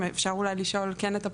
אפשר אולי לשאול כן את הפרקליטה,